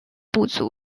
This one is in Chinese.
部族